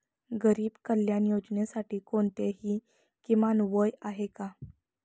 गरीब कल्याण योजनेसाठी कोणतेही किमान वय आहे का?